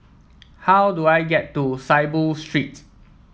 how do I get to Saiboo Street